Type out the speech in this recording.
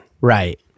Right